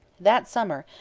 that summer,